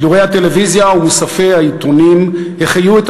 שידורי הטלוויזיה ומוספי העיתונים החיו את